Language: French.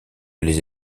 les